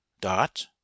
dot